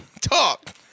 Talk